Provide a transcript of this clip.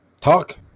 talk